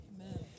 Amen